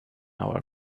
our